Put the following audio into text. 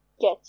get